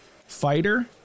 Fighter